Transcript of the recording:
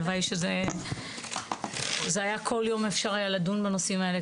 הלוואי שכל יום אפשר היה לדון בנושאים האלה,